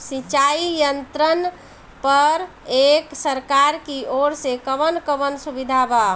सिंचाई यंत्रन पर एक सरकार की ओर से कवन कवन सुविधा बा?